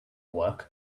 work